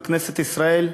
בכנסת ישראל,